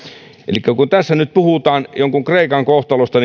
elikkä kun tässä nyt puhutaan jonkun kreikan kohtalosta